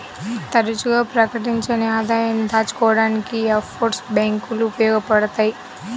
తరచుగా ప్రకటించని ఆదాయాన్ని దాచుకోడానికి యీ ఆఫ్షోర్ బ్యేంకులు ఉపయోగించబడతయ్